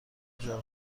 جارو